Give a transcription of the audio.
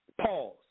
pause